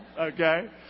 Okay